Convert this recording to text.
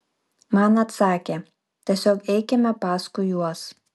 man atsakė tiesiog eikime paskui juos